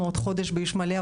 אנחנו עוד חודש באיוש מלא,